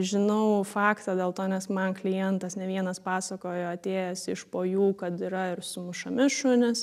žinau faktą dėl to nes man klientas ne vienas pasakojo atėjęs iš po jų kad yra ir sumušami šunys